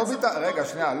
רגע,